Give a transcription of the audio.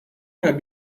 اینقد